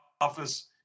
office